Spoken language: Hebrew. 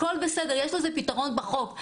הכול בסדר, יש לזה פתרון בחוק.